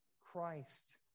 Christ